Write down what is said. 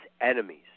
enemies